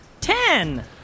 Ten